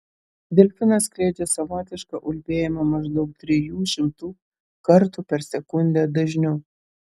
delfinas skleidžia savotišką ulbėjimą maždaug trijų šimtų kartų per sekundę dažniu